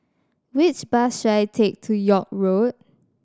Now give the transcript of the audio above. which bus should I take to York Road